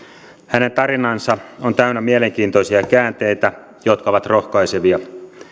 hänen tarinansa on täynnä mielenkiintoisia käänteitä jotka ovat rohkaisevia